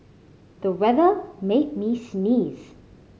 the weather made me sneeze